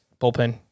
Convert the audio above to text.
bullpen